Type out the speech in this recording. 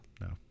No